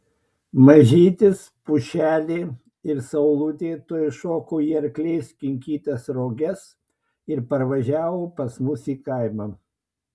mažytis pušelė ir saulutė tuoj šoko į arkliais kinkytas roges ir parvažiavo pas mus į kaimą